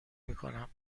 میکنم